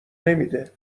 نمیده